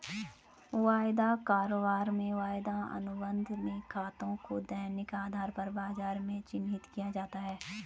वायदा कारोबार में वायदा अनुबंध में खातों को दैनिक आधार पर बाजार में चिन्हित किया जाता है